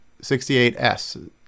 68s